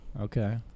Okay